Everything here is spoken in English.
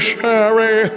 Sherry